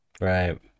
right